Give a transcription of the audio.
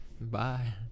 Bye